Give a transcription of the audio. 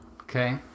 Okay